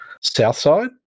Southside